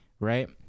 Right